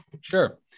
Sure